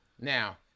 Now